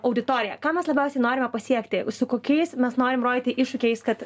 auditorija ką mes labiausiai norime pasiekti su kokiais mes norim rodyti iššūkiais kad